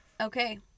Okay